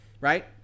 right